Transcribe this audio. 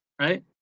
right